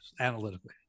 analytically